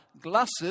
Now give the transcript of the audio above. glasses